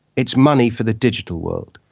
it's money for the digital world,